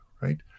right